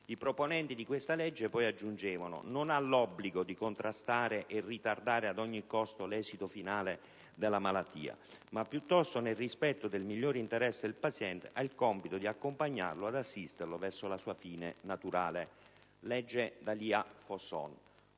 I proponenti del disegno di legge poi aggiungono: «Egli non ha l'obbligo di contrastare e ritardare ad ogni costo l'esito finale della malattia, ma piuttosto, nel rispetto del migliore interesse del paziente, ha il compito di accompagnarlo ed assisterlo verso la sua fine naturale». Questa definizione